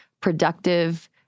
productive